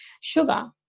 sugar